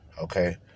Okay